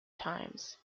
times